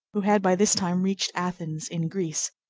who had by this time reached athens, in greece,